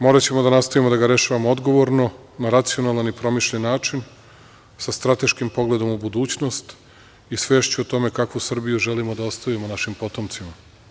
Moraćemo da nastavimo da ga rešavamo odgovorno, na racionalan i promišljen način, sa strateškim pogledom u budućnost i svešću o tome kakvu Srbiju želimo da ostavimo našim potomcima.